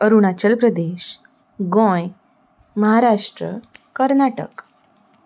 Arunachal Pradesh Goem Maharashtra Karnataka